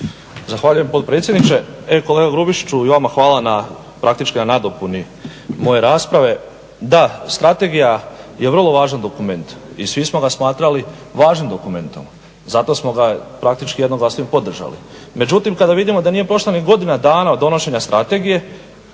Zahvaljujem potpredsjedniče. Kolega Grubišiću i vama hvala praktički na nadopuni moje rasprave. Da, strategija je vrlo važan dokument i svi smo ga smatrali važnim dokumentom. Zato smo ga praktički jednoglasno i podržali. Međutim, kada vidimo da nije prošla ni godina dana od donošenja strategije,